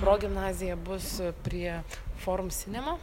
progimnaziją bus prie forum sinemo